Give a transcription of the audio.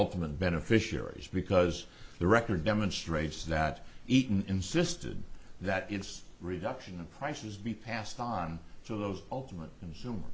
ultimate beneficiaries because the record demonstrates that eaton insisted that its reduction in prices be passed on to those ultimate consumer